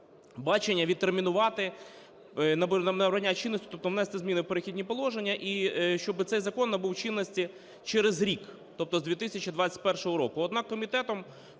бачення відтермінувати набрання чинності, тобто внести зміни в "Перехідні положення", і щоби цей закон набув чинності через рік, тобто з 2021 року.